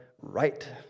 right